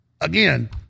again